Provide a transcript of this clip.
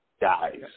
dies